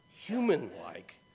human-like